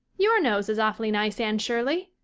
your nose is awfully nice, anne shirley.